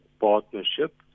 partnership